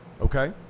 Okay